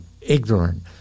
ignorant